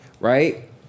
right